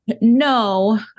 no